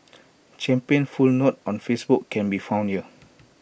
champion's full note on Facebook can be found here